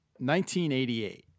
1988